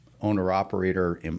owner-operator